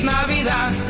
Navidad